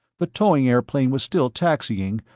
the towing airplane was still taxiing,